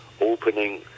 opening